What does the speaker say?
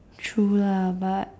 true lah but